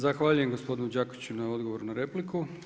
Zahvaljujem gospodinu Đakiću na odgovoru na repliku.